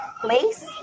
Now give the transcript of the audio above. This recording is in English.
place